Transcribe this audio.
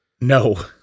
No